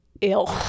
ill